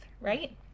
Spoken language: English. right